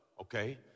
okay